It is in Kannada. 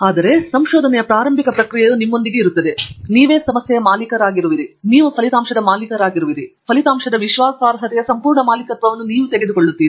ಆದರೆ ಪ್ರಾರಂಭ ಪ್ರಕ್ರಿಯೆಯು ನಿಮ್ಮೊಂದಿಗೆ ಇರುತ್ತದೆ ನೀವು ಸಮಸ್ಯೆಯ ಮಾಲೀಕರಾಗಿರುವಿರಿ ನೀವು ಫಲಿತಾಂಶದ ಮಾಲೀಕರಾಗಿರುವಿರಿ ಫಲಿತಾಂಶದ ವಿಶ್ವಾಸಾರ್ಹತೆಯ ಸಂಪೂರ್ಣ ಮಾಲೀಕತ್ವವನ್ನು ನೀವು ತೆಗೆದುಕೊಳ್ಳುತ್ತೀರಿ